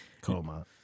Coma